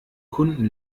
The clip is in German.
kunden